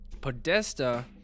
podesta